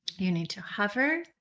you need to hover,